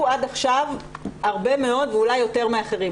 עד עכשיו הרבה מאוד ואולי יותר מאחרים.